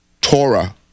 Torah